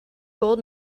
gold